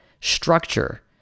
Structure